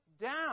down